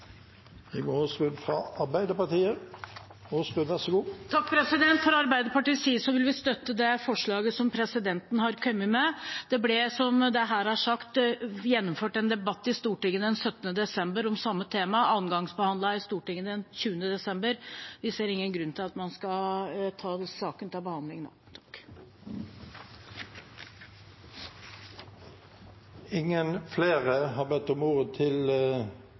Fra Arbeiderpartiets side vil vi støtte det forslaget som presidenten har kommet med. Det ble, som her er sagt, gjennomført en debatt i Stortinget den 17. desember om det samme temaet. Så ble det andregangsbehandlet i Stortinget den 20. desember. Vi ser ingen grunn til at man skal ta opp saken til behandling nå. Stortinget går da til votering over behandlingsmåten vedrørende Dokument 8:63 L. Det voteres over presidentens forslag om